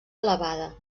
elevada